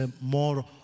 more